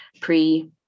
pre